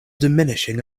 diminishing